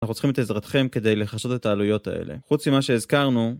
אנחנו צריכים את עזרתכם כדי לכסות את העלויות האלה, חוץ ממה שהזכרנו.